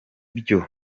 byo